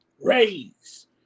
raise